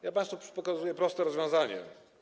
Ja państwu pokazuję proste rozwiązanie.